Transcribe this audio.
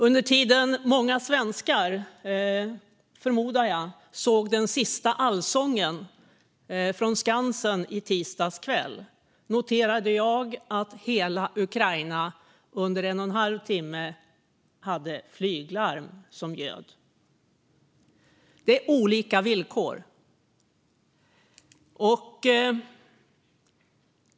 Under tiden då många svenskar, förmodar jag, såg det sista avsnittet av Allsång på Skansen i tisdags kväll noterade jag att det ljöd flyglarm i hela Ukraina under en och en halv timme. Det är olika villkor.